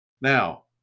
Now